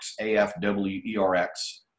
A-F-W-E-R-X